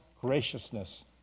graciousness